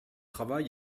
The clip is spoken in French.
travail